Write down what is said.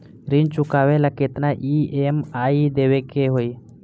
ऋण चुकावेला केतना ई.एम.आई देवेके होई?